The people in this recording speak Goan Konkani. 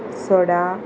सडा